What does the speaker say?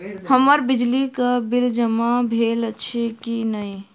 हम्मर बिजली कऽ बिल जमा भेल अछि की नहि?